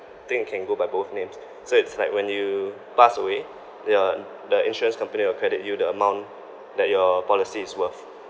I think it can go by both names so it's like when you pass away your the insurance company will credit you the amount that your policy is worth